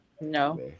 No